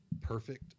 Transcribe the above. perfect